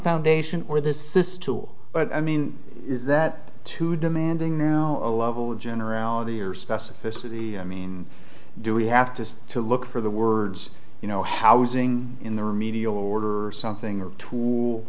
foundation or the system but i mean is that too demanding now a level of generality or specificity i mean do we have to to look for the words you know housing in the remedial order something or t